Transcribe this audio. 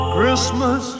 Christmas